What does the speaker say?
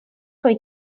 trwy